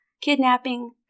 kidnapping